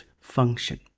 function